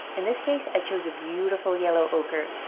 in this case i chose a beautiful yellow ochre,